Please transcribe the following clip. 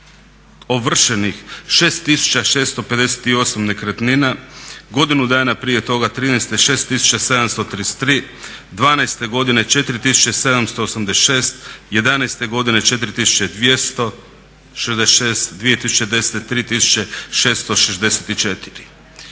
ovršenih 6658 nekretnina, godinu dana prije toga 2013. 6733, 2012. 4786, 2011. 4266, 2010. 3664.